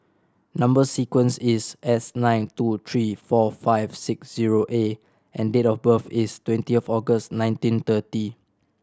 number sequence is S nine two three four five six zero A and date of birth is twentieth August nineteen thirty